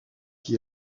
qui